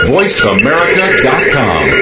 VoiceAmerica.com